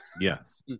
Yes